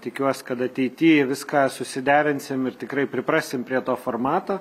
tikiuos kad ateity viską susiderinsim ir tikrai priprasim prie to formato